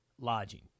lodging